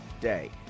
day